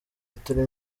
itari